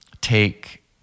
take